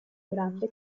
grande